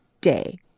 day